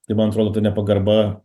tai man atrodo ta nepagarba